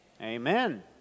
Amen